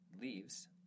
leaves